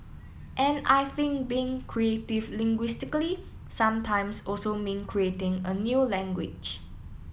and I think being creative linguistically sometimes also mean creating a new language